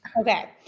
Okay